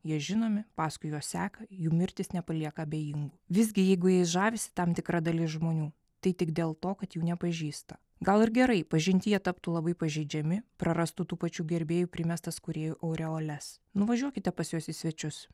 jie žinomi paskui juos seka jų mirtis nepalieka abejingų visgi jeigu jais žavisi tam tikra dalis žmonių tai tik dėl to kad jų nepažįsta gal ir gerai pažinti jie taptų labai pažeidžiami prarastų tų pačių gerbėjų primestas kūrėjų aureoles nuvažiuokite pas juos į svečius